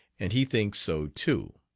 and he thinks so too.